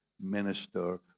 minister